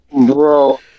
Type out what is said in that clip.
Bro